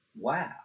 wow